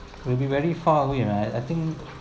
will be very far away right I think